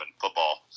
football